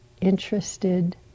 interested